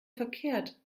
verkehrt